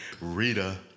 Rita